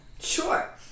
Sure